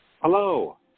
Hello